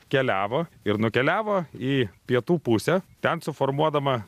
keliavo ir nukeliavo į pietų pusę ten suformuodama